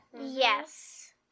Yes